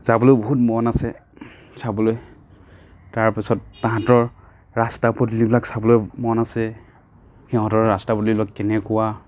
যাবলৈ বহুত মন আছে চাবলৈ তাৰপাছত তাহাঁতৰ ৰাষ্টা পদূলিবিলাক চাবলৈ মন আছে সিহঁতৰ ৰাষ্টা পদূলিবিলাক কেনেকুৱা